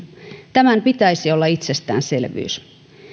tämän pitäisi olla itsestäänselvyys